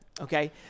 Okay